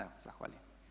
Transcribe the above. Evo, zahvaljujem.